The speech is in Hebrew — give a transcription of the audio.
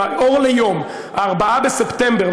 אור ליום 4 בספטמבר,